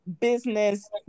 business